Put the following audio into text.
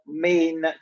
main